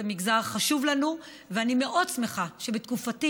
זה מגזר שחשוב לנו, ואני מאוד שמחה שבתקופתי